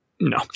No